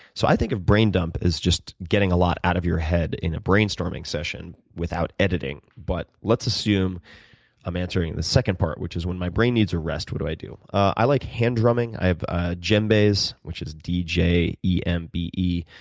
so i think of brain dump is just getting a lot out of your head in a brainstorming session without editing. but let's assume i'm answering the second part, which is when my brain needs a rest what do i do? i like hand drumming. i have ah djembes, which is d j e m b e.